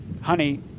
Honey